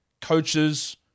coaches